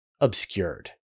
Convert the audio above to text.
Obscured